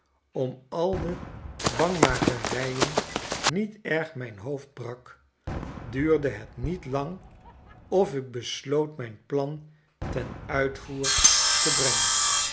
om al de bangmakerijen niet erg myn hoofd brak duurde het niet lang of ik besloot mijn plan ten uitvoer te leggen